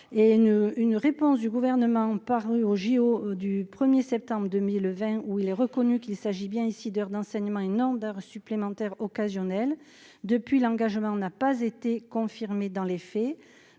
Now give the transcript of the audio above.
une réponse du gouvernement, paru au JO du 1er septembre 2020 ou il est reconnu, qu'il s'agit bien ici d'heures d'enseignement et nombre d'heures supplémentaires occasionnel depuis l'engagement n'a pas été confirmée dans les faits,